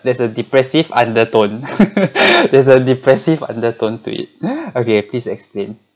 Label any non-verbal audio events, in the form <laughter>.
there's a depressive undertone <laughs> there's a depressive undertone to it okay please explain